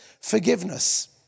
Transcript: forgiveness